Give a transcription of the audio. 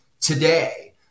today